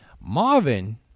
Marvin